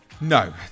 No